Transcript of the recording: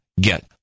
get